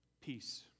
Peace